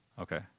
Okay